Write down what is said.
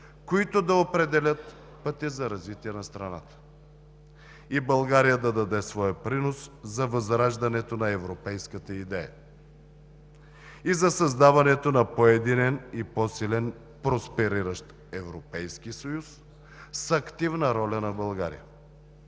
които да определят пътя за развитие на страната, и България да даде своя принос за възраждането на европейската идея и за създаването на по-единен и по-силен, проспериращ Европейски съюз с активната роля на България.